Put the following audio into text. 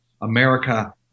America